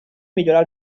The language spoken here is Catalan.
millorar